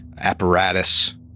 apparatus